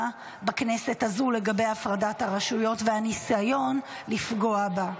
בכנסת הזו לגבי הפרדת הרשויות והניסיון לפגוע בה.